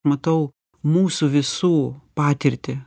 matau mūsų visų patirtį